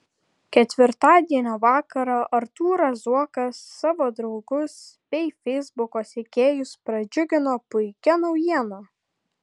ketvirtadienio vakarą artūras zuokas savo draugus bei feisbuko sekėjus pradžiugino puikia naujiena